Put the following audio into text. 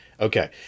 okay